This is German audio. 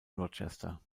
rochester